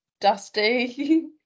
dusty